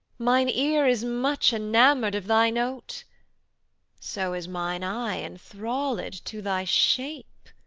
mine ear is much enamoured of thy note so is mine eye enthralled to thy shape